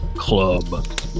club